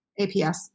APS